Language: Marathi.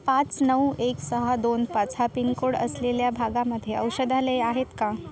पाच नऊ एक सहा दोन पाच हा पिनकोड असलेल्या भागामध्ये औषधालये आहेत का